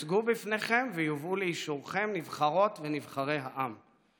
יוצגו בפניכם ויובאו לאישורכם, נבחרות ונבחרי העם.